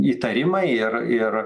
įtarimai ir ir